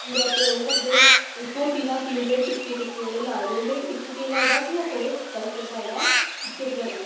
पूरा ओह् करदे धोती धात्ती उंदे टुक्के टुक्के उनें लाए दे होंदे इत्थुं केह् लब्भदा कि अपने कल्चर दा जेह्ड़ा ऐ इज्जत करदे